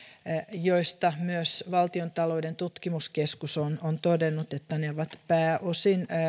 joista myös valtion taloudellinen tutkimuskeskus on on todennut että ne ovat pääosin